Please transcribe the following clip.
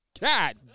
God